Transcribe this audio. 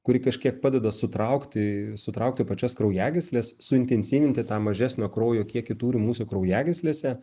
kuri kažkiek padeda sutraukti sutraukti pačias kraujagysles suintensyvinti tą mažesnio kraujo kiekį tūrį mūsų kraujagyslėse